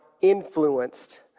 influenced